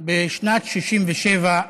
בשנת 67'